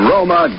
Roma